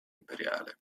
imperiale